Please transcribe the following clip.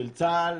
של צה"ל.